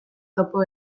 topo